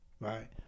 right